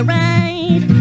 right